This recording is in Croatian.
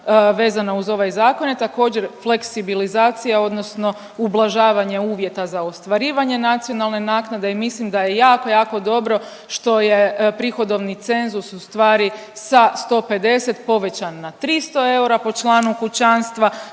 vezana uz ovaj zakon je također fleksibilizacija odnosno ublažavanje uvjeta za ostvarenje nacionalne naknade i mislim da je jako, jako dobro što je prihodovni cenzus ustvari sa 150 povećan na 300 eura po članu kućanstva,